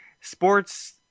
sports